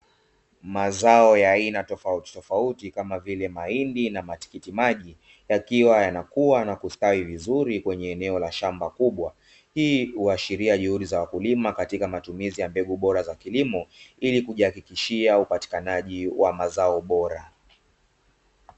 Mazao ya aina tofauti tofauti kama vile mahindi na matikiti maji, yakiwa yanakua na kustawi vizuri kwenye eneo la shamba kubwa. Hii huashiria juhudi za wakulima katika matumizi ya mbegu bora za kilimo ili kujihakikishia upatikanaji wa mazao bora.